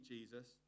Jesus